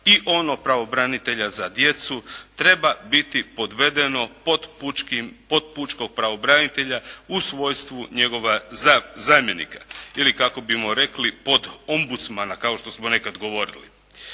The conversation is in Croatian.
i ono pravobranitelja za djecu treba biti podvedeno pod pučkog pravobranitelja u svojstvu njegova zamjenika ili kako bismo rekli pod ombudsmana kao što smo nekad govorili.